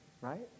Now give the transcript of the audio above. right